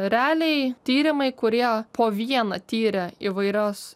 realiai tyrimai kurie po vieną tyrė įvairios